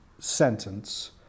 sentence